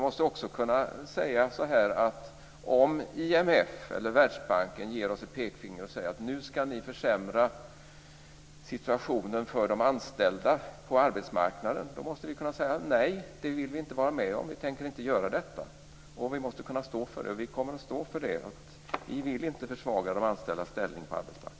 Men om IMF eller Världsbanken ger oss ett pekfinger och säger att vi nu skall försämra situationen för de anställda på arbetsmarknaden måste vi kunna säga: Nej, det vill vi inte vara med om. Vi tänker inte göra detta. Vi måste kunna stå för det. Och vi kommer att stå för att vi inte vill försvaga de anställdas ställning på arbetsmarknaden.